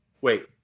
wait